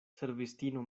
servistino